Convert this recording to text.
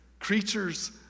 Creatures